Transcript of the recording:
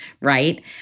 Right